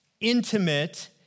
intimate